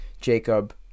Jacob